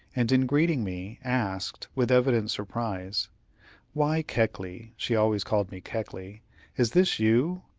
and in greeting me, asked, with evident surprise why, keckley she always called me keckley is this you?